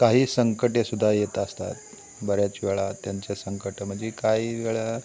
काही संकटे सुद्धा येत असतात बऱ्याच वेळा त्यांचे संकट म्हणजे काही वेळा